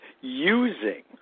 using